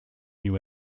new